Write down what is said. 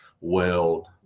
weld